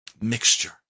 mixture